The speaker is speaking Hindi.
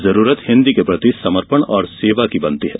जरूरत हिन्दी के प्रति समर्पण और सेवा की है